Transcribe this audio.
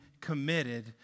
committed